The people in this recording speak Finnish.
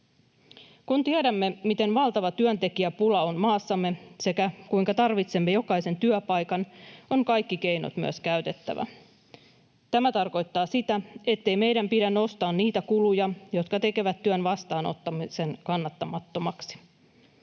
Kun tiedämme, miten valtava työntekijäpula on maassamme sekä kuinka tarvitsemme jokaisen työpaikan, on kaikki keinot myös käytettävä. Tämä tarkoittaa sitä, ettei meidän pidä nostaa niitä kuluja, jotka tekevät työn vastaanottamisen kannattamattomaksi.